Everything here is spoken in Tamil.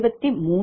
0035